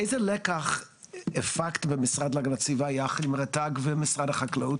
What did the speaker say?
איזה לקח הפקתם במשרד להגנת הסביבה יחד עם רט"ג ומשרד החקלאות,